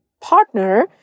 partner